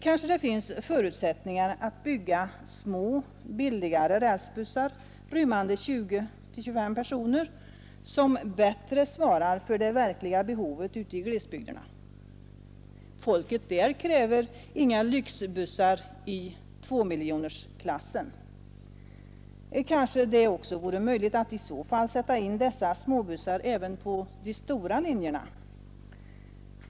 Kanske finns det förutsättningar att bygga små, billigare rälsbussar som rymmer 20—2S5 personer och som bättre svarar mot det verkliga behovet ute i glesbygderna? Folket där kräver inga lyxbussar i tvåmiljonersklassen! Kanske det också vore möjligt att i så fall sätta in dessa småbussar även på de stora linjerna.